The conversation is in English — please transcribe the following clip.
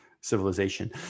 civilization